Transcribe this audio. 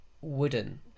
wooden